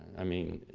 i mean,